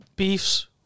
beefs